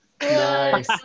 Nice